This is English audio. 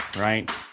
right